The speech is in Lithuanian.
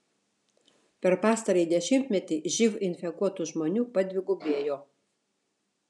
per pastarąjį dešimtmetį živ infekuotų žmonių padvigubėjo